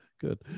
good